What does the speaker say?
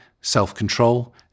self-control